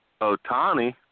Otani